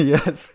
Yes